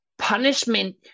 punishment